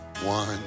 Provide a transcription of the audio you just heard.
one